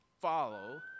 follow